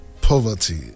poverty